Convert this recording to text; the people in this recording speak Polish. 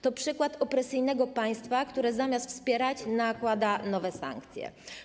To przykład opresyjnego państwa, które zamiast wspierać, nakłada nowe sankcje.